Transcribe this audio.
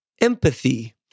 empathy